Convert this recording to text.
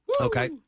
Okay